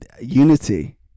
unity